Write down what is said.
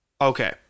okay